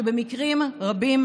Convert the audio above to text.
שבמקרים רבים,